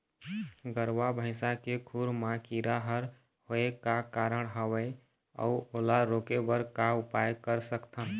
गरवा भैंसा के खुर मा कीरा हर होय का कारण हवए अऊ ओला रोके बर का उपाय कर सकथन?